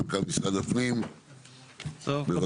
מנכ"ל משרד הפנים, בבקשה.